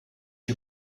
you